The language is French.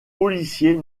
policier